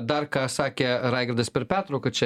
dar ką sakė raigardas per pertrauką čia